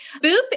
Boop